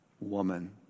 woman